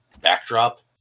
backdrop